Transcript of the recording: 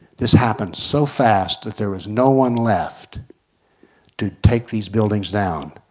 this happened so fast that there was no one left to take these buildings down.